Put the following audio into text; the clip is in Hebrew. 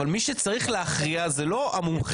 אבל מי שצריך להכריע זה לא המומחה,